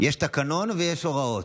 יש תקנון ויש הוראות.